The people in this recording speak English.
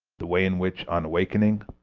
the way in which, on awakening,